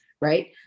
right